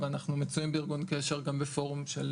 אבל אנחנו מצויים בארגון קשר גם בפורום של